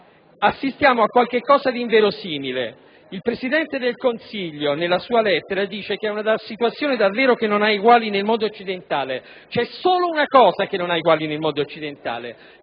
Assistiamo a qualcosa di inverosimile: il Presidente del Consiglio nella sua lettera afferma che questa è «una situazione che non ha eguali nel mondo occidentale». C'è solo una cosa che non ha eguali nel mondo occidentale: